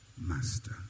master